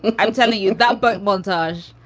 i'm telling you that but montage.